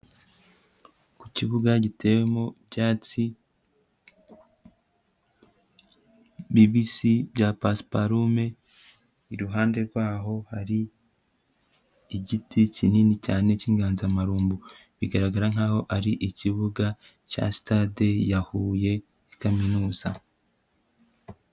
Ku kibuga gitewemo ibyatsi bibisi bya pasiparume, iruhande rwaho hari igiti kinini cyane cy'inganzamarumbu, bigaragara nkaho ari ikibuga cya sitade ya Huye ya kaminuza.